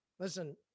Listen